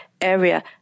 area